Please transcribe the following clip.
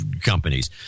companies